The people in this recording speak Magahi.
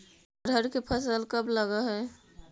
अरहर के फसल कब लग है?